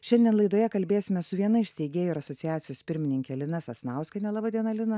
šiandien laidoje kalbėsime su viena iš steigėjų ir asociacijos pirmininkė lina sasnauskienė laba diena lina